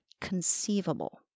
conceivable